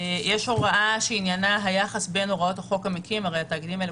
יש הוראה שעניינה היחס בין הוראות החוק המקים הרי התאגידים האלה,